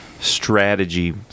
strategy